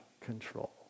control